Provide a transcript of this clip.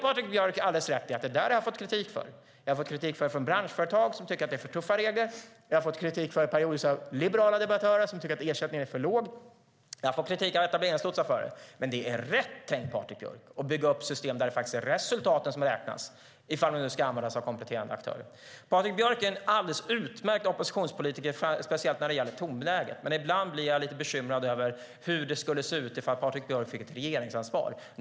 Patrik Björck har alldeles rätt i att jag har fått kritik för det. Jag har fått kritik för det från branschföretag som tycker att det är för tuffa regler. Jag har periodvis fått kritik från liberala debattörer som tycker att ersättningen är för låg. Jag har fått kritik från etableringslotsar för det. Men det är rätt tänkt, Patrik Björck, att bygga upp system där det faktiskt är resultaten som räknas, ifall vi nu ska använda oss av kompletterande aktörer. Patrik Björck är en alldeles utmärkt oppositionspolitiker speciellt när det gäller tonläget. Men ibland blir jag lite bekymrad över hur det skulle se ut ifall Patrik Björck fick ett regeringsansvar.